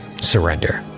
Surrender